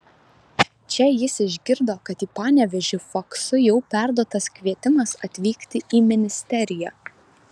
čia jis išgirdo kad į panevėžį faksu jau perduotas kvietimas atvykti į ministeriją